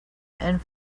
and